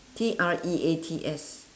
T R E A T S